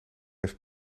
heeft